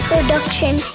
Production